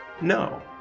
No